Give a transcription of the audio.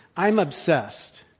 i am obsessed